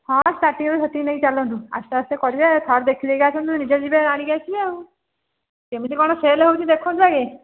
ହଁ ଷ୍ଟାର୍ଟିଙ୍ଗ୍ରୁ ସେତିକି ନେଇକି ଚାଲନ୍ତୁ ଆସ୍ତେ ଆସ୍ତେ କରିବା ଥରେ ଦେଖିଦେଇକି ଆସନ୍ତୁ ନିଜେ ଯିବା ଆଣିକି ଆସିବେ ଆଉ କେମିତି କ'ଣ ସେଲ୍ ହଉଛି ଦେଖନ୍ତୁ ଆଗେ